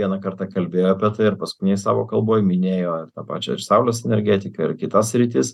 vieną kartą kalbėjo apie tai ir paskutinėj savo kalboj minėjo tą pačią ir saulės energetiką ir kitas sritis